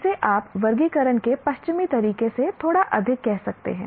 इसे आप वर्गीकरण के पश्चिमी तरीके से थोड़ा अधिक कह सकते हैं